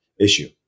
issue